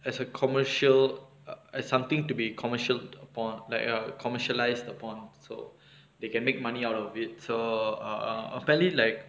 as a commercial uh as something to be commercial~ upon like a commercialised upon so they can make money out of it so err apparently like